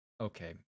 Okay